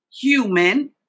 human